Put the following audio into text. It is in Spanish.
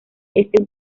este